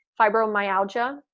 fibromyalgia